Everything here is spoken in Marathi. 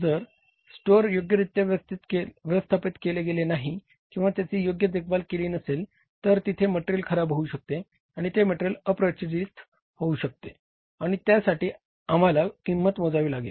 जर स्टोर योग्यरित्या व्यवस्थापित केले गेले नाही किंवा त्याची योग्य देखभाल केली नसेल तर तिथे मटेरियल खराब होऊ शकते आणि ते मटेरियल अप्रचलित होऊ शकते आणि त्यासाठी आम्हाला किंमत मोजावी लागेल